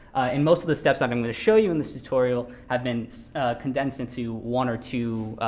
and most of the steps that i'm going to show you in this tutorial have been condensed into one or two